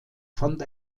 fand